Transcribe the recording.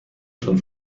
schon